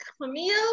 Camille